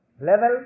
level